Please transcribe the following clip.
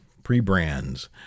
pre-brands